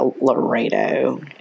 Laredo